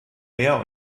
mehr